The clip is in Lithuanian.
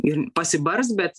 ir pasibars bet